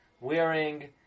wearing